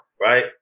right